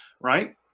right